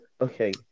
okay